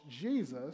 Jesus